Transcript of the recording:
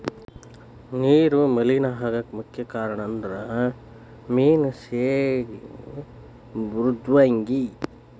ನೇರ ಮಲೇನಾ ಆಗಾಕ ಮುಖ್ಯ ಕಾರಣಂದರ ಮೇನಾ ಸೇಗಿ ಮೃದ್ವಂಗಿ